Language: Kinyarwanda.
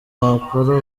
wakora